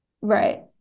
Right